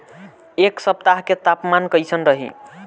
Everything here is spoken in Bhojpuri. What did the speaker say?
एह सप्ताह के तापमान कईसन रही?